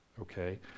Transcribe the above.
okay